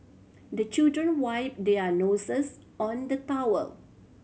the children wipe their noses on the towel